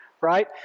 right